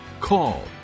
call